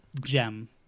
gem